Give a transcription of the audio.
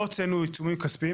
לא הוצאנו עיצומים כספיים